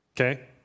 Okay